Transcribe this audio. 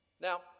Now